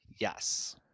yes